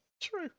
true